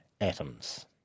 atoms